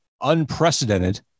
unprecedented